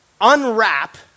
unwrap